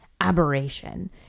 aberration